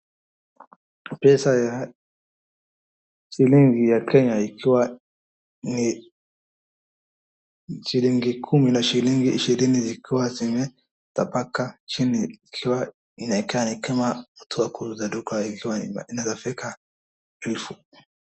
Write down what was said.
Pesa ya shilingi ya Kenya ikiwa ni shilingi kumi na shilingi ishirini zikiwa zimetapaka chini ikiwa imeeka kama mtu wa kuuza duka ni kama inaweza fika elfu.